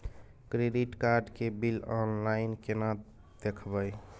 Credit card के bill online केना देखबय?